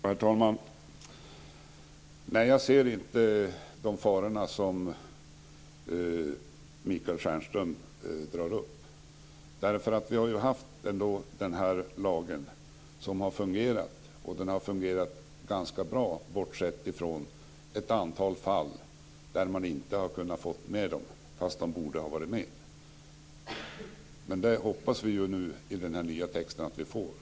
Herr talman! Nej, jag ser inte de faror som Michael Stjernström tar upp. Den här lagen har fungerat ganska bra, bortsett från att den inte omfattar ett antal fall, vilka egentligen borde ha omfattats. Men vi hoppas att den nya texten kommer att innefatta dessa fall.